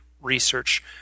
research